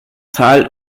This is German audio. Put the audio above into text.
tal